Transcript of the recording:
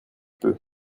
peut